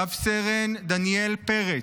רב-סרן דניאל פרץ,